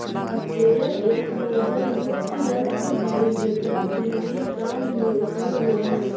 sprayer एक नोजलयुक्त यन्त्र हई जेकरा कृषि काम में उपयोग होवऽ हई